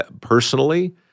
Personally